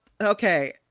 Okay